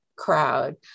crowd